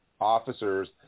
officers